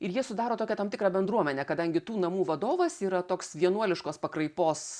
ir jie sudaro tokią tam tikrą bendruomenę kadangi tų namų vadovas yra toks vienuoliškos pakraipos